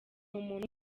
umuntu